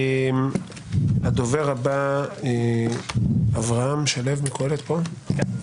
הדובר הבא, אברהם שלו מקהלת, בבקשה.